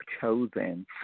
Chosen